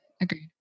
Agreed